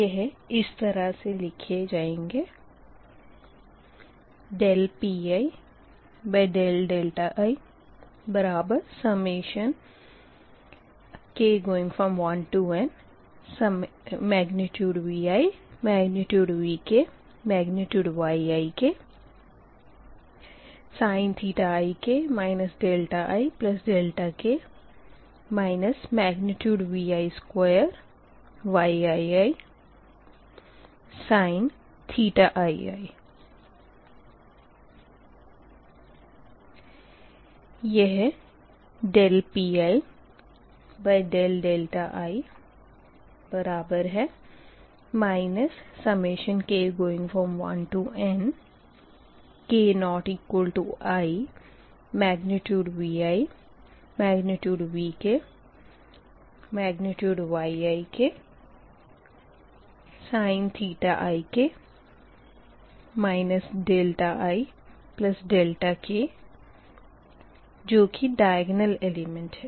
यह इस तरह से लिखे जाएँगे Piik1nViVkYiksin ik ik Vi2Yiisin ii यह Piik1k≠inViVkYiksin ik ik है जो की दयग्नल एलिमेंट् है